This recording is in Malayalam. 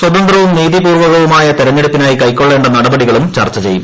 സ്വതന്ത്രവും നീതീപൂർവ്വകവുമായ തെരഞ്ഞെടുപ്പിനായി കൈക്കൊള്ളേണ്ട നടപടികളും ചർച്ച ്ചെയ്യും